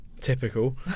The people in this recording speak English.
Typical